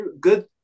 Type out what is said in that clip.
good